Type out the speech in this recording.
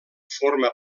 forma